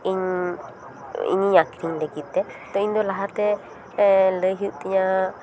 ᱤᱧ ᱤᱧᱤᱧ ᱟᱹᱠᱷᱨᱤᱧ ᱞᱟᱹᱜᱤᱫ ᱛᱮ ᱤᱧ ᱫᱚ ᱞᱟᱦᱟ ᱛᱮ ᱞᱟᱹᱭ ᱦᱩᱭᱩᱜ ᱛᱤᱧᱟᱹ